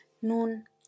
Nun